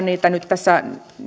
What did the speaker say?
niitä nyt tässä